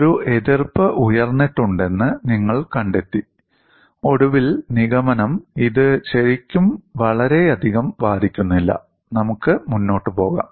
ഒരു എതിർപ്പ് ഉയർന്നിട്ടുണ്ടെന്ന് നിങ്ങൾ കണ്ടെത്തി ഒടുവിൽ നിഗമനം ഇത് ശരിക്കും വളരെയധികം ബാധിക്കുന്നില്ല നമുക്ക് മുന്നോട്ട് പോകാം